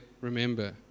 remember